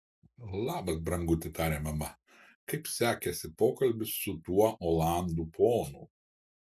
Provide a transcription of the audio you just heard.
labas branguti tarė mama kaip sekėsi pokalbis su tuo olandų ponu